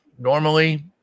Normally